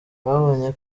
babonye